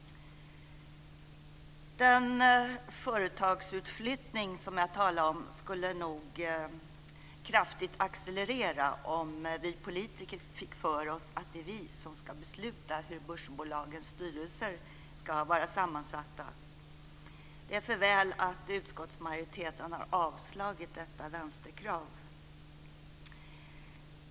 Den företagsutflyttning som jag talar om skulle nog kraftigt accelerera om vi politiker fick för oss att det är vi som ska besluta hur börsbolagens styrelser ska vara sammansatta. Det är för väl att utskottsmajoriteten har avstyrkt detta vänsterkrav.